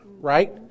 right